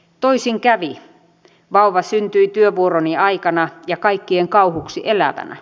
toisin kävi vauva syntyi työvuoroni aikana ja kaikkien kauhuksi elävänä